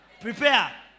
Prepare